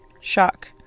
shock